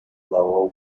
lower